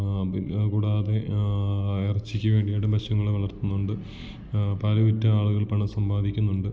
പിന്നെ കൂടാതെ ഇറച്ചിക്ക് വേണ്ടിയിട്ടും പശുക്കളെ വളർത്തുന്നുണ്ട് പാൽ വിറ്റ് ആളുകൾ പണം സമ്പാദിക്കുന്നുണ്ട്